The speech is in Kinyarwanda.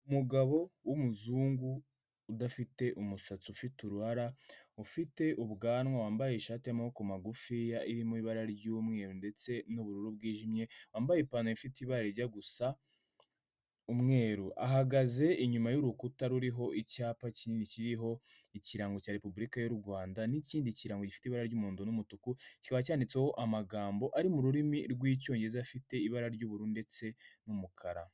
Umugabo w'umuzungu udafite umusatsi ufite uruhara, ufite ubwanwa wambaye ishati y'amaboko magufiya irimo ibara ry'umweru ndetse n'ubururu bwijimye, wambaye ipantaro ifite ibara rijya gusa umweru; ahagaze inyuma y'urukuta ruriho icyapa kinini kiriho Ikirango cya Repubulika y'u Rwanda n'ikindi kirango gifite ibara ry'umuhodo n'umutuku, kikaba cyanditseho amagambo ari mu rurimi rw'Icyongereza afite ibara ry'ubururu ndetse n'umukara.